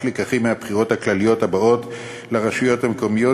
לקחים מהבחירות הכלליות הבאות לרשויות המקומיות,